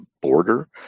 border